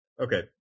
Okay